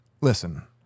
Listen